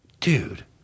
dude